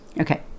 Okay